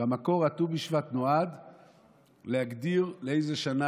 במקור ט"ו בשבט נועד להגדיר לאיזו שנה